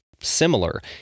similar